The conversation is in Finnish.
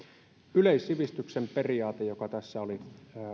yleissivistyksen periaate joka tässä